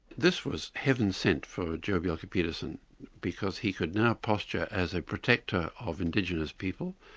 this was heaven-sent for joh bjelke-petersen because he could now posture as a protector of indigenous people,